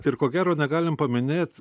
ir ko gero negalim paminėt